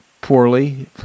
poorly